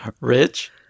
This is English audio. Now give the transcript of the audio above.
Rich